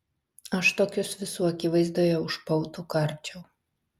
aš tokius visų akivaizdoje už pautų karčiau